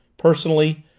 personally,